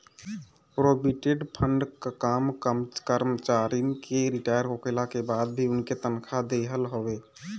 provident fund कअ काम करमचारिन के रिटायर होखला के बाद भी उनके तनखा देहल हवे